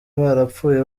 barapfuye